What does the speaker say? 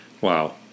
Wow